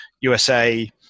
USA